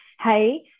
hey